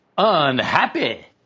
unhappy